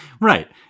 Right